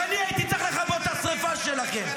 ואני הייתי צריך לכבות את השרפה שלכם.